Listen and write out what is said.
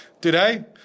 Today